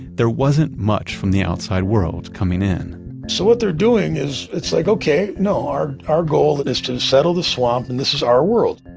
there wasn't much from the outside world coming in so what they're doing is, it's like, okay, no, our our goal is to settle the swamp and this is our world.